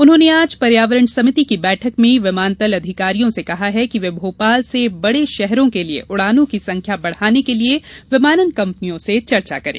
उन्होंने आज पर्यावरण सभिति की बैठक में विमानतल अधिकारियों से कहा कि वे भोपाल से बड़े शहरों के लिये उड़ानों की संख्या बढ़ाने के लिये विमानन कंपनियों से चर्चा करें